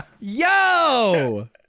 Yo